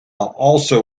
also